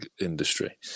industry